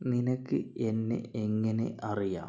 നിനക്ക് എന്നെ എങ്ങനെ അറിയാം